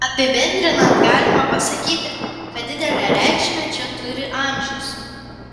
apibendrinant galima pasakyti kad didelę reikšmę čia turi amžius